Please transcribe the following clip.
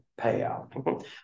payout